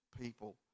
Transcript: people